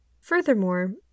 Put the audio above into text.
Furthermore